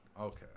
Okay